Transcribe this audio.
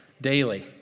daily